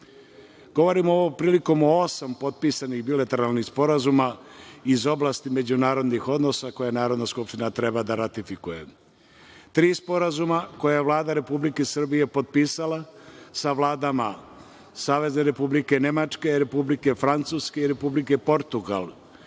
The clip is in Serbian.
ovom prilikom o osam potpisanih bilateralnih sporazuma iz oblasti međunarodnih odnosa koje Narodna skupština treba da ratifikuje. Tri sporazuma je Vlada Republike Srbije potpisala sa vladama Savezne Republike Nemačke, Republike Francuske i Republike Portugal,